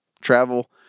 Travel